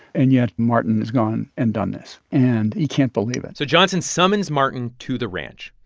and yet, martin has gone and done this. and he can't believe it so johnson summons martin to the ranch.